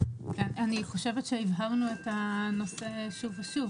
אני חושבת שהבהרנו את הנושא שוב ושוב,